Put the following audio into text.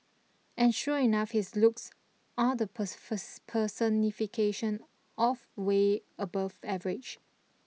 and sure enough his looks are the pers pers personification of way above average